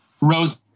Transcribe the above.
Rose